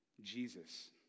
Jesus